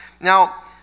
Now